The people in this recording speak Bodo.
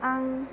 आं